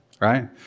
right